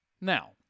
Now